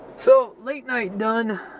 so, late night done,